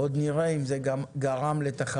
עוד נראה אם זה גם גרם לתחרות